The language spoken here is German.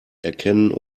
erkennen